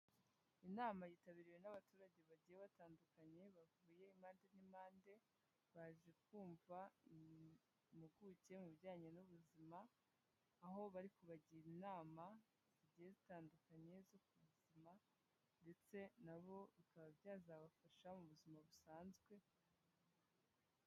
Inama yitabiriwe n'abaturage bagiye batandukanye, bavuye made n'impande, baje kumva impuguke mu bijyanye n'ubuzima aho bari kubagira inama zigiye zitandukanye zo ku buzima ndetse na bo bikaba byazabafasha mu buzima busanzwe.